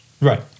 Right